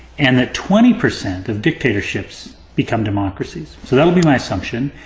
and that twenty percent of dictatorships become democracies. so that'll be my assumption.